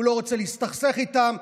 הוא לא רוצה להסתכסך איתם,